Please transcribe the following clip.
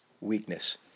weakness